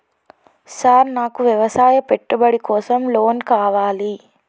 Sir నాకు వ్యవసాయ పెట్టుబడి కోసం లోన్ కావాలి?